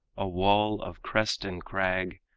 a wall of crest and crag,